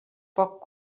poc